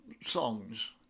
songs